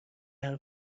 حرف